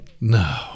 No